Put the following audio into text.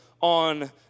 on